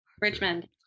richmond